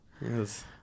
Yes